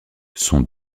son